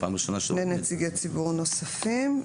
שני נציגי ציבור נוספים.